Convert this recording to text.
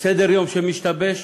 סדר-יום שמשתבש,